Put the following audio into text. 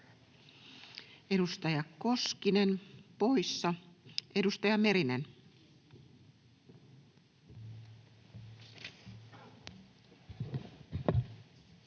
Edustaja Koskinen poissa. — Edustaja Merinen.